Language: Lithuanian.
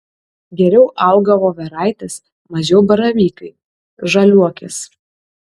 geriau auga voveraitės mažiau baravykai žaliuokės